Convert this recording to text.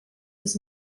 was